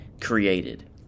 created